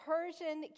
Persian